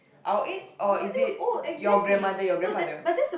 our age or is it your grandmother your grandfather